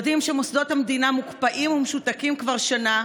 יודעים שמוסדות המדינה מוקפאים ומשותקים כבר שנה,